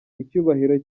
icyubahiro